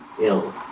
ill